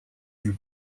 you